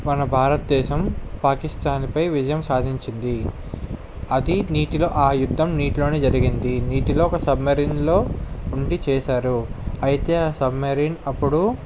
మన భారతదేశం పాకిస్తాన్పై విజయం సాధించింది అది నీటిలో ఆ యుద్ధం నీటిలోనే జరిగింది నీటిలో ఒక సబ్మెరైన్లో ఉండి చేశారు అయితే ఆ సబ్మెరైన్ అప్పుడు